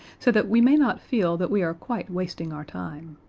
so that we may not feel that we are quite wasting our time.